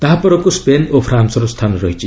ତାହାର ପରକୁ ସ୍କେନ୍ ଓ ଫ୍ରାନ୍ନର ସ୍ଥାନ ରହିଛି